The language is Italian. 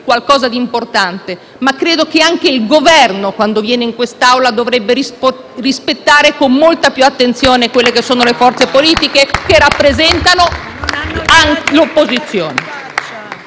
anche io lo penso, ma credo che anche il Governo, quando viene in quest'Aula, dovrebbe rispettare con molta più attenzione le forze politiche che rappresentano l'opposizione.